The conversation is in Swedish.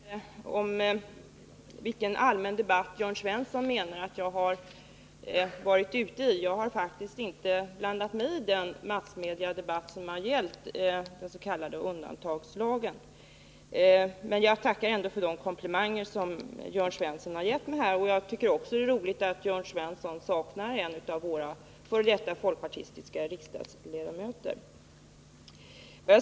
Herr talman! Jag vet inte vilken allmän debatt Jörn Svensson menar att jag har deltagit i. Jag har faktiskt inte blandat mig i den massmediedebatt som har gällt den s.k. undantagslagen. Men jag tackar ändå för de komplimanger som Jörn Svensson gett mig här. Jag tycker också det är roligt att Jörn Svensson saknar en av våra före detta folkpartistiska riksdagsledamöter.